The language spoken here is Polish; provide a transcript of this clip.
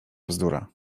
bzdura